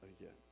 again